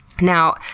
Now